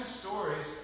stories